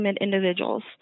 individuals